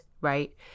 right